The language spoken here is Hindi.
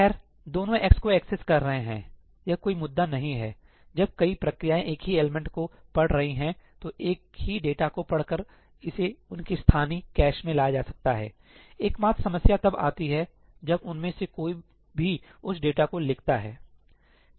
खैर दोनों x को एक्सेस कर रहे हैं यह कोई मुद्दा नहीं है जब कई प्रक्रियाएं एक ही एलिमेंट को पढ़ रही हैं तो एक ही डेटा को पढ़कर इसे उनके स्थानीय कैश में लाया जा सकता हैएकमात्र समस्या तब आती है जब उनमें से कोई भी उस डेटा को लिखता है